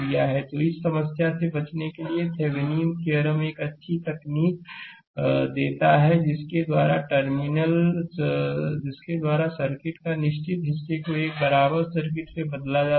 तो इस समस्या से बचने के लिए थेविनीन थ्योरम एक अच्छी तकनीक देता है जिसके द्वारा सर्किट के निश्चित हिस्से को एक बराबर सर्किट से बदला जा सकता है